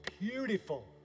beautiful